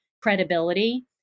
credibility